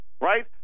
Right